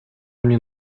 mnie